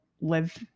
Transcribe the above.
live